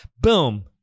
boom